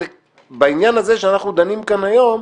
בעניין הזה שאנחנו דנים כאן היום,